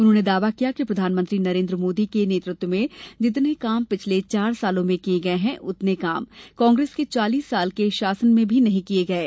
उन्होंने दावा किया कि प्रधानमंत्री नरेन्द्र मोदी के नेतृत्व में जितने काम पिछले चार सालों में किये गये हैं उतने काम कांग्रेस के चालीस साल के शासन में भी नही किये गये